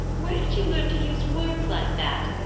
where did you learn to use words like that?